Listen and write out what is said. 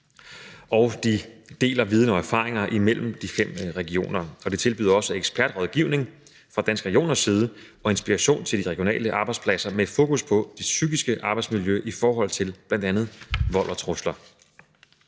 side deler de viden og erfaringer imellem de fem regioner, og de tilbyder også ekspertrådgivning og inspiration til de regionale arbejdspladser med fokus på det psykiske arbejdsmiljø i forhold til bl.a. vold og trusler.